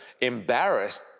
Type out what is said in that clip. embarrassed